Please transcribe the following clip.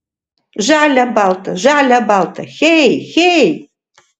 žalia balta žalia balta hey hey